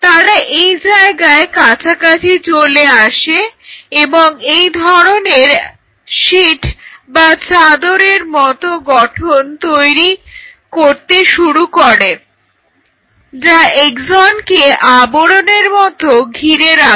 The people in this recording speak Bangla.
তারা এই জায়গায় কাছাকাছি চলে আসে এবং এই ধরনের শীট বা চাদরের মতো গঠন তৈরি করতে শুরু করে যা এক্সনকে আবরণের মতো ঘিরে রাখে